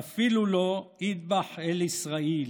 ואפילו לא "אטבח אל-אסראיל".